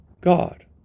God